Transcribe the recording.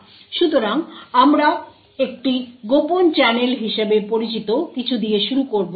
সুতরাং আমরা একটি কোভার্ট চ্যানেল হিসাবে পরিচিত কিছু দিয়ে শুরু করব